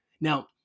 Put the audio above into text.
Now